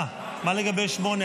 לגבי 8?